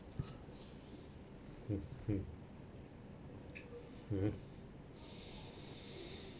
mm mm mmhmm